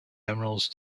emerald